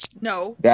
No